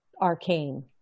arcane